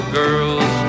girls